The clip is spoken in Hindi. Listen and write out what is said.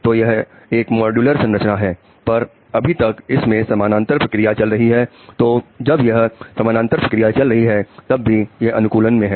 तो यह एक मॉड्यूलर संरचना है पर अभी तक इस में समानांतर प्रक्रिया चल रही है तो जब यह समानांतर प्रक्रिया चल रही है तब भी यह अनुक्रम में है